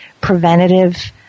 preventative